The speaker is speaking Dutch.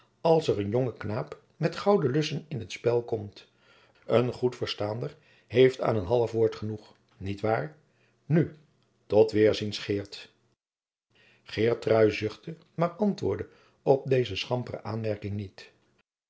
als er een jonge knaap met gouden lussen in t spel komt een goed verstaander heeft aan een half woord genoeg niet waar nu tot weêrziens geert geertrui zuchtte maar antwoordde op deze schampere aanmerking niet